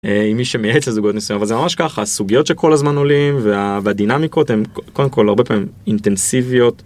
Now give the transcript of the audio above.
מי שמע את הזוגות מסוימות זה ממש ככה סוגיות שכל הזמן עולים והדינמיקות הם קודם כל הרבה פעמים אינטנסיביות.